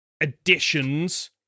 additions